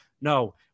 No